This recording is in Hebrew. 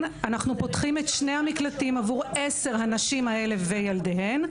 לכן אנחנו פותחים את שני המקלטים עבור עשר הנשים האלה וילדיהן,